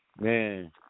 Man